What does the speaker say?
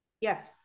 Yes